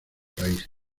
país